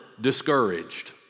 discouraged